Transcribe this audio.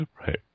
Right